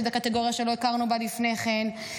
שזו קטגוריה שלא הכרנו בה לפני כן,